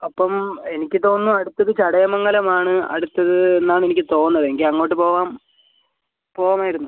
അപ്പം എനിക്ക് തോന്നുന്നു അടുത്തത് ചടയമംഗലമാണ് അടുത്തത് എന്നാണ് എനിക്ക് തോന്നുന്നത് എങ്കിൽ അങ്ങോട്ട് പോവാം പോവാമായിരുന്നു